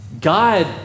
God